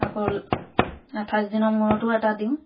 আকৌ আঠাইছ দিনৰ মূৰতো এটা দিওঁ